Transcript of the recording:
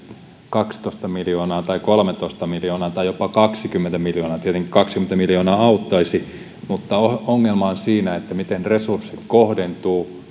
kaksitoista miljoonaa vai kolmetoista miljoonaa vai jopa kaksikymmentä miljoonaa tietenkin kaksikymmentä miljoonaa auttaisi mutta ongelma on siinä miten resurssit kohdentuvat